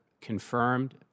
confirmed